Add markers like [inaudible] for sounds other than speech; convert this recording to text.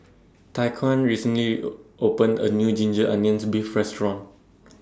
Tyquan recently [hesitation] opened A New Ginger Onions Beef Restaurant